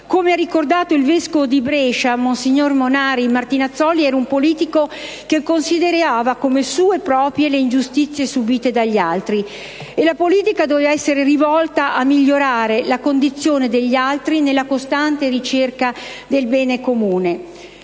Come ha ricordato il vescovo di Brescia monsignor Monari, Martinazzoli «era un politico che considerava come sue proprie le ingiustizie subite dagli altri». E la politica doveva essere rivolta a migliorare la condizione degli altri nella costante ricerca del bene comune.